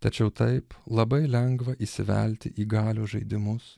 tačiau taip labai lengva įsivelti į galios žaidimus